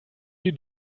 die